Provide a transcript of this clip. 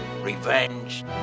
Revenge